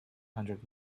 hundred